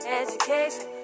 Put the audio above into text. education